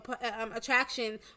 attraction